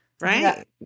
Right